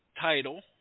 title